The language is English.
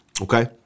okay